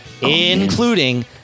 including